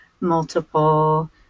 multiple